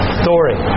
story